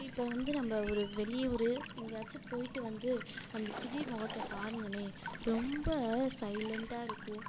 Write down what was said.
இப்போ வந்து நம்ம ஒரு வெளியே ஒரு எங்கேயாச்சும் போயிட்டு வந்து அந்தக் கிளி முகத்தப் பார்ருங்களேன் ரொம்ப சைலண்ட்டாக இருக்கும்